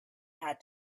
had